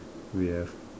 we have